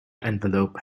envelope